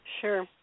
Sure